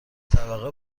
طبقه